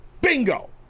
Bingo